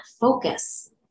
focus